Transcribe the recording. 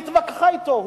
היא התווכחה אתו.